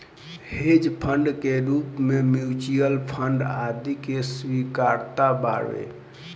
hedge fund के रूप में म्यूच्यूअल फंड आदि के स्वीकार्यता बावे